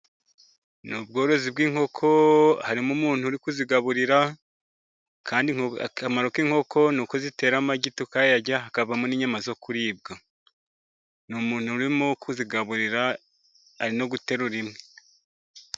Ni ubworozi bw'inkoko, harimo umuntu uri kuzigaburira, kandi akamaro k'inkoko n'uko zitera amagi tukayarya, hakavamo n'inyama zo kuribwa, ni umuntu urimo kuzigaburira, ari no guterura imwe.